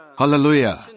Hallelujah